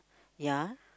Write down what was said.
ya